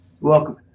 welcome